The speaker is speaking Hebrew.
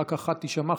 רק אחת תישמע.